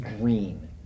green